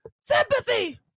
Sympathy